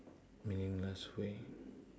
meaningless way